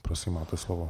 Prosím máte slovo.